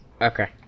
Okay